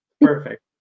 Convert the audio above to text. Perfect